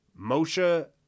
Moshe